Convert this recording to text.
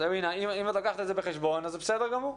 אם את לוקחת את זה בחשבון אז בסדר גמור.